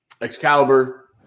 Excalibur